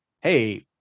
Hey